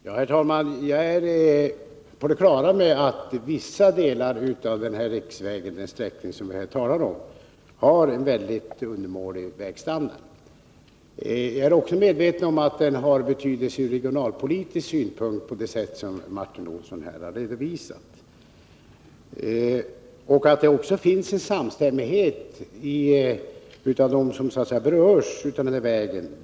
Herr talman! Jag är på det klara med att vissa delar av denna riksväg på den sträckning som vi här talar om har en undermålig standard. Jag är också medveten om att vägen har betydelse ur regionalpolitisk synpunkt på det sätt som Martin Olsson här redovisat. Det finns också en samstämmighet bland dem som berörs av vägen.